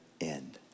end